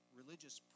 religious